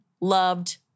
loved